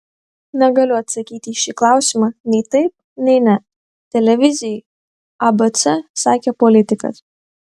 negaliu atsakyti į šį klausimą nei taip nei ne televizijai abc sakė politikas